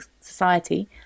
society